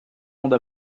monde